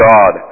God